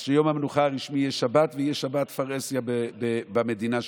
אז יום המנוחה הרשמי יהיה שבת ותהיה שבת בפרהסיה במדינה שתקום,